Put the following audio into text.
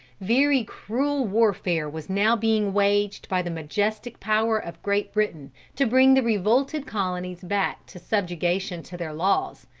very cruel warfare was now being waged by the majestic power of great britain to bring the revolted colonies back to subjection to their laws.